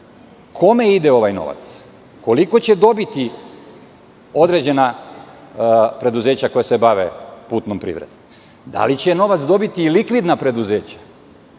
Kome ide ovaj novac? Koliko će dobiti određena preduzeća koja se bave putnom privredom? Da li će novac dobiti i likvidna preduzeća,